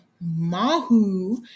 mahu